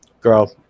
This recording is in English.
Girl